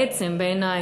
בעיני,